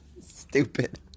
Stupid